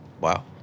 Wow